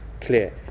clear